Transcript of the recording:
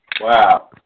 Wow